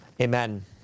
Amen